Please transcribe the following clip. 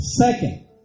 Second